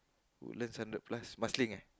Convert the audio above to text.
Woodlands hundred plus Marsiling eh